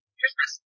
Christmas